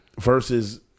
Versus